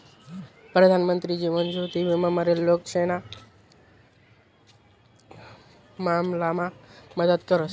प्रधानमंत्री जीवन ज्योति विमा मरेल लोकेशना मामलामा मदत करस